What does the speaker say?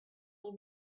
all